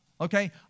Okay